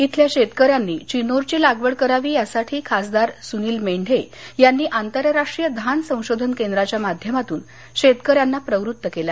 खल्या शेतकऱ्यांनी चिनोरची लागवड करावी यासाठी खासदार सुनील मेंढे यांनी आंतरराष्ट्रीय धान संशोधन केंद्राच्या माध्यमातून शेतकऱ्यांना प्रवृत्त केलं